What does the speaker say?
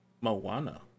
Moana